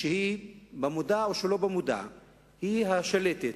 שבמודע או לא במודע היא השלטת,